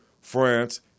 France